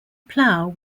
plow